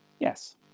Yes